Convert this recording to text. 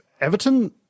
Everton